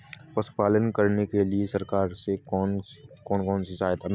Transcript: पशु पालन करने के लिए सरकार से कौन कौन सी सहायता मिलती है